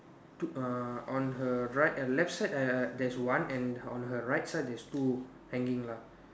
took uh on her right and left side err there's one and on her right side there's two hanging lah